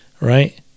right